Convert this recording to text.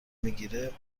میگیره